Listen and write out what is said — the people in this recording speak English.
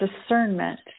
discernment